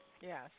yes